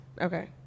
Okay